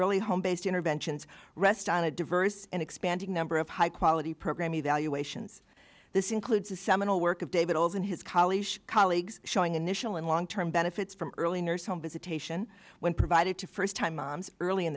early home based interventions rests on a diverse and expanding number of high quality program evaluations this includes the seminal work of david olds and his colleagues colleagues showing initial and long term benefits from early nurse home visitation when provided to first time moms early in